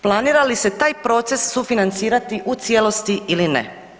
Planira li se taj proces sufinancirati u cijelosti ili ne?